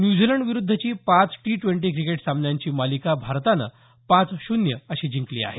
न्यूझीलंडविरुद्धची पाच T twenty cricket सामन्यांची मालिका भारतानं पाच शून्य अशी जिंकली आहे